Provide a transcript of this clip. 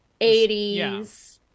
80s